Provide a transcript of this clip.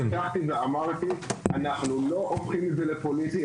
אני פתחתי ואמרתי, אנחנו לא הופכים את זה לפוליטי.